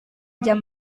jam